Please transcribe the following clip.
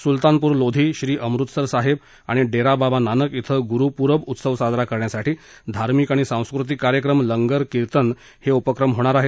सुलतानपूर लोधी श्री अमृतसर साहेब आणि डेराबाबा नानक ॐ गुरु पूरब उत्सव साजरा करण्यासाठी धार्मिक आणि सांस्कृतिक कार्यक्रम लंगर कीर्तन ियादी उपक्रम होणार आहेत